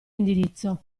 indirizzo